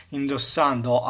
indossando